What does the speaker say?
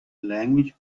language